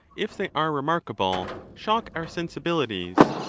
if they are remarkable, shock our sensibilities,